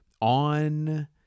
on